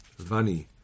Vani